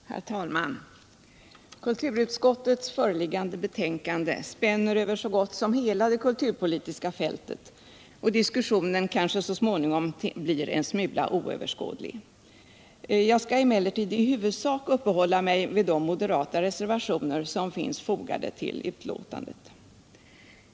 Herr talman! Kulturutskottets föreliggande betänkande spänner över så gott som hela det kulturpolitiska fältet, och diskussionen kan därför te sig en smula svåröverskådlig. Jag skall emellertid i huvudsak uppehålla mig vid de moderata reservationer som finns fogade till utlåtandet.